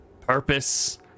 purpose